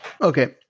Okay